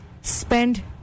spend